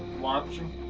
watching.